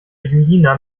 julina